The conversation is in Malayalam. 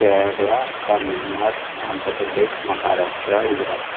കേരള തമിഴ്നാട് ആന്ധ്രപ്രദേശ് മഹാരാഷ്ട്ര ഗുജറാത്ത്